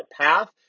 path